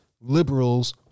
liberals